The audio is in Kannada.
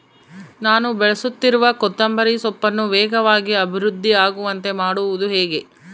ನಾನು ಬೆಳೆಸುತ್ತಿರುವ ಕೊತ್ತಂಬರಿ ಸೊಪ್ಪನ್ನು ವೇಗವಾಗಿ ಅಭಿವೃದ್ಧಿ ಆಗುವಂತೆ ಮಾಡುವುದು ಹೇಗೆ?